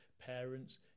parents